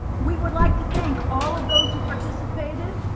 we would like to thank all of those who participated.